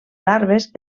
larves